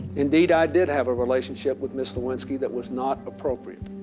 indeed, i did have a relationship with miss lewinsky that was not appropriate.